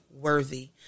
worthy